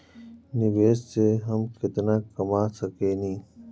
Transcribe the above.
निवेश से हम केतना कमा सकेनी?